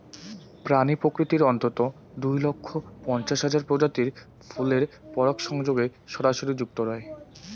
প্রাণী প্রকৃতির অন্ততঃ দুই লক্ষ পঞ্চাশ হাজার প্রজাতির ফুলের পরাগসংযোগে সরাসরি যুক্ত রয়